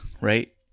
right